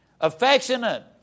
affectionate